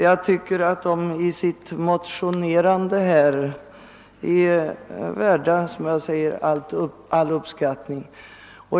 Jag tycker att de på grund av sitt motionerande här är värda all uppskattning.